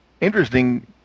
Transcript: interesting